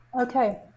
Okay